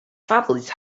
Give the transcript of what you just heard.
families